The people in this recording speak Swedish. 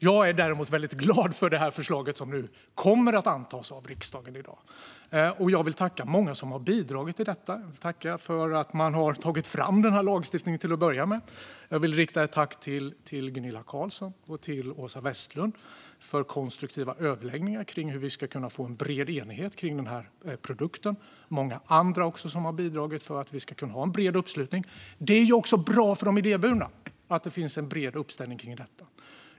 Jag är däremot väldigt glad för det förslag som kommer att antas av riksdagen i dag, och jag vill tacka många som har bidragit till detta. Jag vill till att börja med tacka för att man har tagit fram den här lagstiftningen. Jag vill rikta ett tack till Gunilla Carlsson och till Åsa Westlund för konstruktiva överläggningar om hur vi ska kunna få en bred enighet kring den här produkten. Många andra har också bidragit för att vi ska kunna ha en bred uppslutning. Det är ju också bra för de idéburna att det finns en bred uppslutning kring detta.